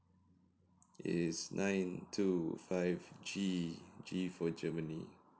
it's nine two five G G for germany